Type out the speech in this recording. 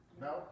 No